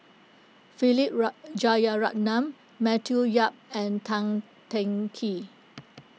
Philip Jeyaretnam Matthew Yap and Tan Teng Kee